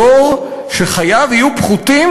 דור שחייו יהיו פחותים,